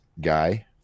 guy